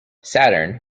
saturn